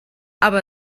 aber